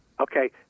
Okay